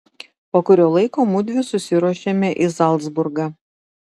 po kurio laiko mudvi susiruošėme į zalcburgą